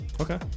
Okay